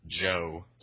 Joe